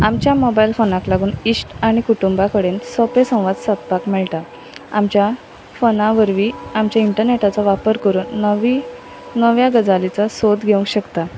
आमच्या मोबायल फोनाक लागून इश्ट आनी कुटुंबा कडेन सोपें संवाद सादपाक मेळटा आमच्या फोना वरवीं आमच्या इंटरनेटाचो वापर करून नवी नव्या गजालीचो सोद घेवंक शकता